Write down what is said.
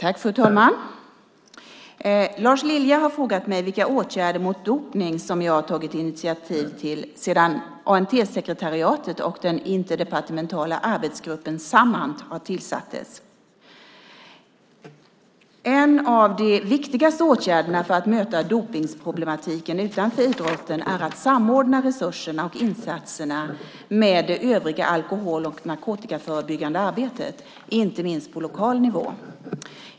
Fru talman! Lars Lilja har frågat mig vilka åtgärder mot dopning som jag tagit initiativ till sedan ANT-sekretariatet och den interdepartementala arbetsgruppen Samant tillsattes. En av de viktigaste åtgärderna för att möta dopningsproblematiken utanför idrotten är att samordna resurserna och insatserna med det övriga alkohol och narkotikaförebyggande arbetet, inte minst på lokal nivå.